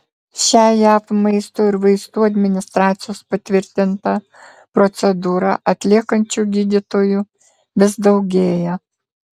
šią jav maisto ir vaistų administracijos patvirtintą procedūrą atliekančių gydytojų vis daugėja